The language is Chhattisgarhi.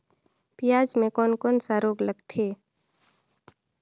पियाज मे कोन कोन सा रोग लगथे?